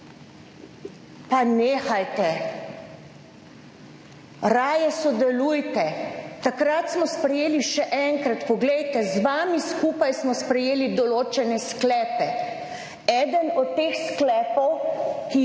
Pa nehajte, raje sodelujte. Takrat smo sprejeli, še enkrat, poglejte, z vami skupaj smo sprejeli določene sklepe. Eden od teh sklepov, ki